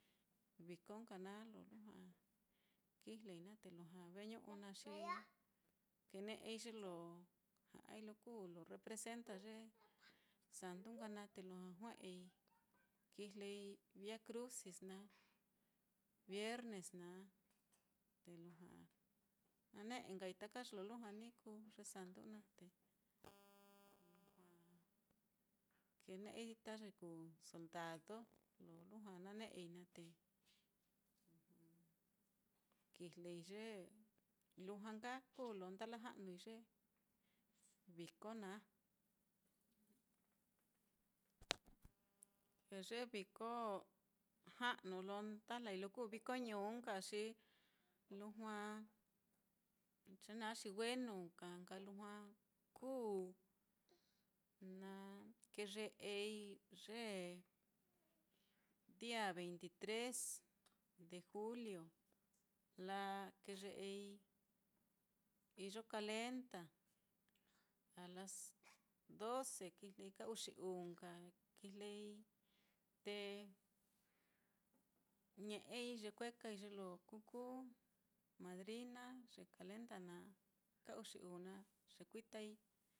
Viko nka naá lo lujua kijlei naá, te lujua veñu'e naá xi kene'ei ye lo ja'ai lo kuu lo representa ye santu nka naá te lujua jue'ei kijlei via crucis naá, viernes naá, te lujua nane'e nkai taka ye lo lujua ni kuu nka ye santu naá, te lujua kene'ei ta ye kuu soldado lo lujua nane'ei naá te kijlei ye, lujua nka kuu lo ndalaja'nui ye viko naá. Te ye viko ja'nu lo ndajlai lo kuu viko ñuu á, xi lujua ye naá xi wenu ka nka lujua kuu, na keye'ei ye dia veiti tresde julio, laa keye'ei iyo calenda, a las doce, kijlei ka uxi uu nka kijlei, te ñe'ei yekuekai ye lo kukuu madrina ye calenda naá, ka uxi uu naá yekuitai.